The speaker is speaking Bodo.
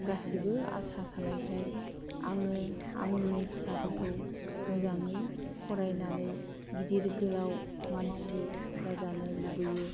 गासिबो आसा थानायखाय आङो आंनि फिसाफोरखौ मोजाङै फरायनानै गिदिर गोलाव मानसि जाजानो लुबैयो